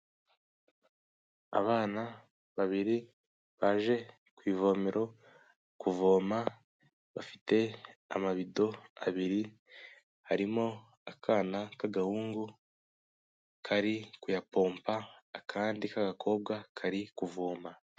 Abana babiri baje ku ivomero kuvoma, bafite amabido abiri, harimo akana k'agahungu kari kuyapompa, akandi k'agakobwa kari kuvoma.